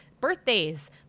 birthdays